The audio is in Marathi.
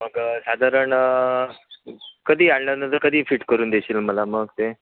मग साधारण कधी आणल्यानंतर कधी फिट करून देशील मला मग ते